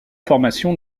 formations